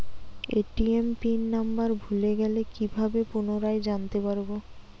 ATM PIN number ভুলে গেলে কি ভাবে পুনরায় জানতে পারবো?